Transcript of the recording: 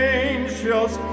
angels